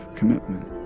commitment